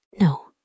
No